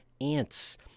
ants